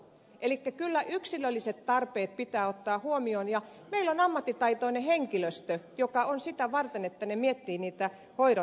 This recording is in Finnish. elikkä kyllä yksilölliset tarpeet pitää ottaa huomioon ja meillä on ammattitaitoinen henkilöstö joka on sitä varten että miettii niitä hoidon tarpeita